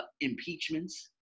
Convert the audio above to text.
Impeachments